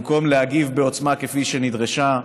במקום להגיב בעוצמה כפי שנדרשה,